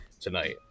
tonight